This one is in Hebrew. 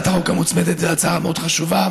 זאת הצעה מאוד חשובה.